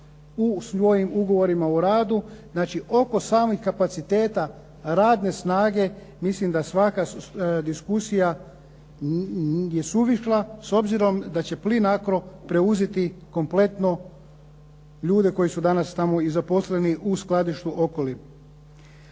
u svojim ugovorima o radu, znači oko samih kapaciteta radne snage, mislim da svaka diskusija je suvišna s obzirom da će Plinacro preuzeti kompletno ljude koji su danas tamo i zaposleni u skladištu Okoli.